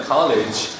College